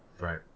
Right